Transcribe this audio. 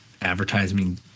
advertising